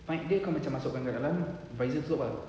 mic dia kau macam masuk kat dalam visor tutup ah